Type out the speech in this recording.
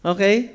Okay